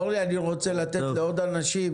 אורלי, אני רוצה לתת לעוד אנשים.